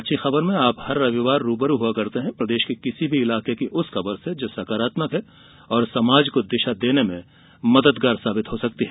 अच्छी खबरमें आप हर रविवार रूबरू होते हैं प्रदेश के किसी भी इलाके की उस खबर से जो सकारात्मक है और समाज को दिशा देने में मददगार साबित हो सकती है